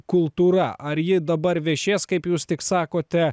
kultūra ar ji dabar viešės kaip jūs tik sakote